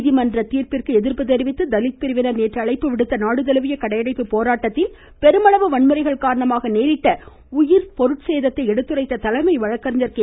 நீதிமன்ற தீர்ப்பிற்கு எதிர்ப்பு தெரிவித்து தலித் பிரிவினர் நேற்று அழைப்பு விடுத்த நாடுதழுவிய கடையடைப்பு போராட்டத்தில் பெருமளவு வன்முறைகள் காரணமாக நேரிட்ட உயிர் பொருட்சேதத்தை எடுத்துரைத்த தலைமை வழக்கறிஞர் கே